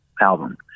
album